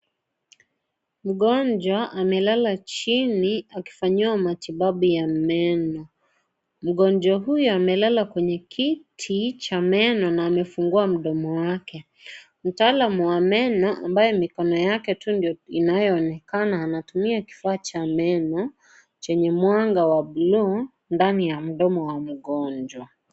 Mgonjwa amelala chini akifanyiwa matibabu ya meno. Mgonjwa huyu amelala kwenye kiti cha meno na amefungua mdomo wake. Mtaalam wa meno ambaye mikono yake tu ndio inayoonekana, anatumia kifaa cha meno chenye mwanga wa blue ndani ya mdomo wa mgonjwa.